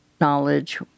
knowledge